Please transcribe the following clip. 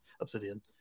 obsidian